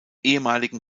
ehemaligen